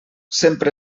sempre